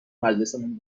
مجلسمون